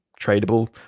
tradable